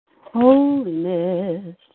Holiness